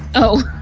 oh,